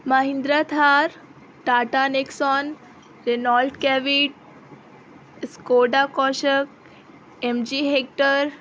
Mahindra Thar Tata Nexon Renault Kwid Skoda Kushaq M G hectare